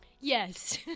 Yes